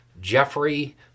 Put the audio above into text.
Jeffrey